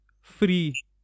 free